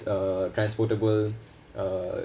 uh transportable uh